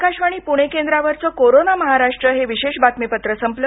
आकाशवाणी पुणे केंद्रावरचं कोरोना महाराष्ट्र हे विशेष बातमीपत्र संपलं